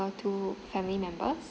two family members